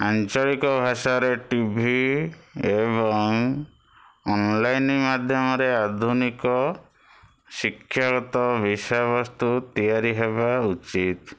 ଆଞ୍ଚଳିକ ଭାଷାରେ ଟିଭି ଏବଂ ଅନଲାଇନ୍ ମାଧ୍ୟମରେ ଆଧୁନିକ ଶିକ୍ଷାଗତ ବିଷୟବସ୍ତୁ ତିଆରିହେବା ଉଚିତ୍